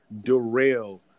derail